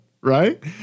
right